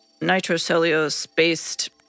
nitrocellulose-based